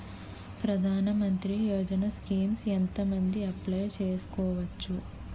ప్రధాన మంత్రి యోజన స్కీమ్స్ ఎంత మంది అప్లయ్ చేసుకోవచ్చు?